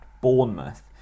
Bournemouth